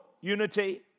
unity